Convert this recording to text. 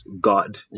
god